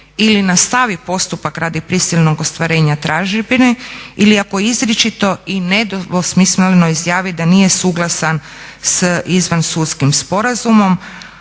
ili nastavi postupak radi prisilnog ostvarenja tražbine ili ako izričito i nedvosmisleno izjavi da nije suglasan s izvan sudskim sporazumom,